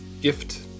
gift